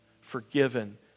forgiven